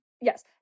Yes